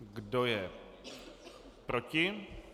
Kdo je proti?